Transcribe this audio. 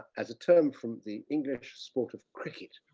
as a term from the english sport of cricket.